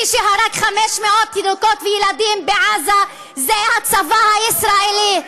מי שהרג 500 תינוקות וילדים בעזה זה הצבא הישראלי.